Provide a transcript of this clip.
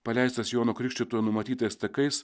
paleistas jono krikštytojo numatytais takais